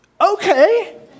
okay